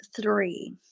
three